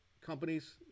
companies